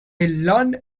learned